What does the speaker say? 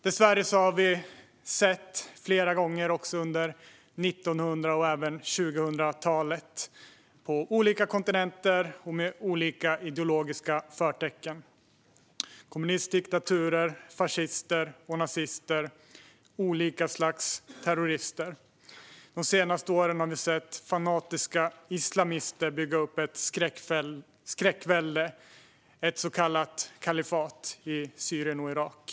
Dessvärre har vi flera gånger också under 1900-talet och även 2000-talet sett olika slags terrorister på olika kontinenter och med olika ideologiska förtecken - kommunistdiktaturer, fascister och nazister. De senaste åren har vi sett fanatiska islamister bygga upp ett skräckvälde, ett så kallat kalifat, i Syrien och Irak.